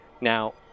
Now